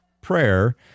prayer